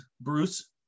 Bruce